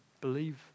believe